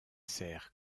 sert